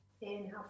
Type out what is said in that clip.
inhale